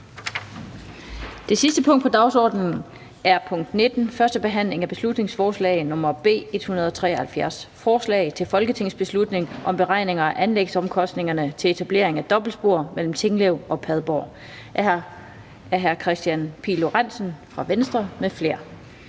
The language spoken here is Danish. Det sidste punkt på dagsordenen er: 19) 1. behandling af beslutningsforslag nr. B 173: Forslag til folketingsbeslutning om beregninger af anlægsomkostningerne til etablering af dobbeltspor mellem Tinglev og Padborg. Af Kristian Pihl Lorentzen (V) m.fl.